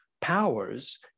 powers